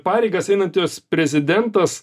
pareigas einantis prezidentas